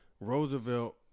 Roosevelt